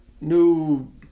new